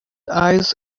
eyes